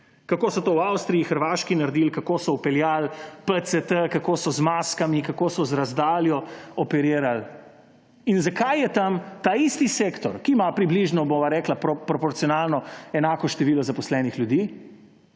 Kako so to v Avstriji, na Hrvaškem naredili, kako so vpeljali PCT, kako so z maskami, kako so z razdaljo operirali? In zakaj je tem ta isti sektor, ki ima približno, bova rekla, proporcionalno enako število zaposlenih ljudi,